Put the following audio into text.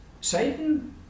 Satan